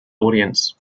audience